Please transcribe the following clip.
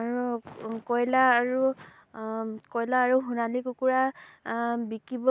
আৰু কয়লা আৰু কয়লা আৰু সোণালী কুকুৰা বিকিব